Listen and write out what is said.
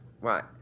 right